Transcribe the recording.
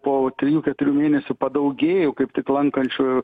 po trijų keturių mėnesių padaugėjo kaip tik lankančiųjų